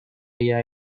ella